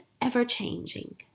ever-changing